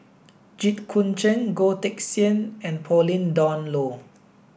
Jit Koon Ch'ng Goh Teck Sian and Pauline Dawn Loh